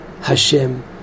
Hashem